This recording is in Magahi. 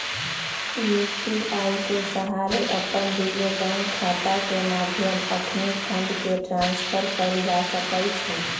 यू.पी.आई के सहारे अप्पन दुगो बैंक खता के मध्य अखनी फंड के ट्रांसफर कएल जा सकैछइ